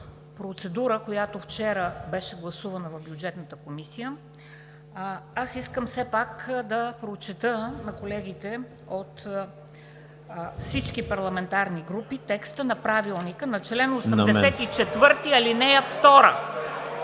която вчера беше гласувана в Бюджетната комисия, аз искам все пак да прочета на колегите от всички парламентарни групи текста от Правилника на чл. 84, ал. 2.